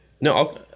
No